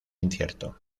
incierto